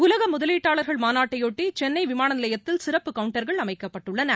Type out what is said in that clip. உலக முதலீட்டாளர்கள் மாநாட்டையொட்டி சென்னை விமான நிலையத்தில் சிறப்பு கவுண்டர்கள் அமைக்கப்பட்டுள்ளன